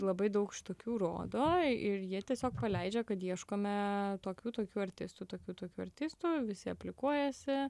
labai daug šitokių rodo ir jie tiesiog paleidžia kad ieškome tokių tokių artistų tokių tokių artistų visi aplikuojasi